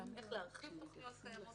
איך להרחיב תוכניות קיימות